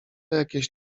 jakieś